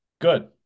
Good